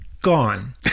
Gone